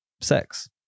Sex